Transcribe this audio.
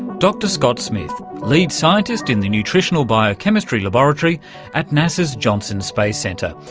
dr scott smith, lead scientist in the nutritional biochemistry laboratory at nasa's johnson space centre.